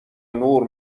نور